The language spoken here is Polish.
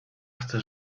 chcę